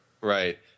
right